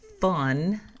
fun